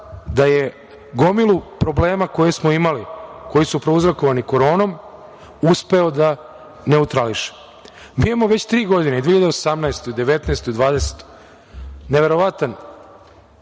da je gomilu problema koje smo imali koji su prouzrokovani koronom uspeo da neutrališe. Mi imamo već tri godine, i 2018, 2019. i 2020. neverovatan